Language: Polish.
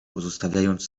pozostawiając